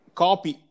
copy